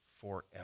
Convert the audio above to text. forever